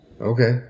Okay